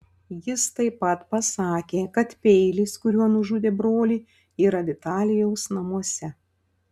jis taip pat pasakė kad peilis kuriuo nužudė brolį yra vitalijaus namuose